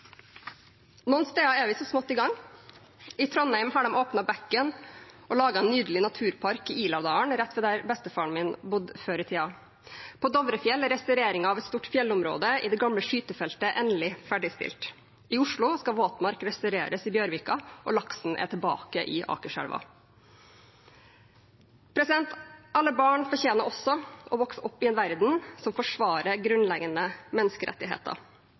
Noen steder er vi så smått i gang. I Trondheim har de åpnet bekken og laget en nydelig naturpark i Iladalen rett ved der bestefaren min bodde før i tiden. På Dovrefjell er restaureringen av et stort fjellområde i det gamle skytefeltet endelig ferdigstilt. I Oslo skal våtmark restaureres i Bjørvika, og laksen er tilbake i Akerselva. Alle barn fortjener også å vokse opp i en verden som forsvarer grunnleggende menneskerettigheter.